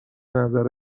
نظر